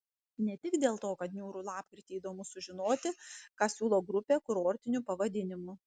ne tik dėl to kad niūrų lapkritį įdomu sužinoti ką siūlo grupė kurortiniu pavadinimu